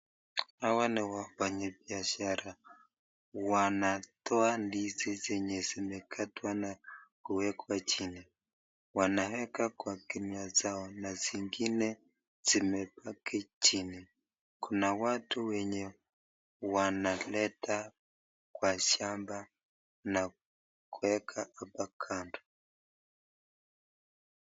Hawa ni wafanya kazi wanatoa ndizi zenye zimekatwa na kuwekwa jini. Wanaweka kwa kinua zao na zingine zimepaki jini. Kuna watu wenye wanaleta kwa shamba nakuweka hapa kando.